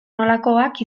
nolakoak